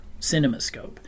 CinemaScope